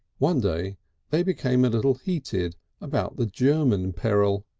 one day they became a little heated about the german peril.